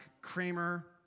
Kramer